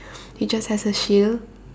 he just has a shield